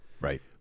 Right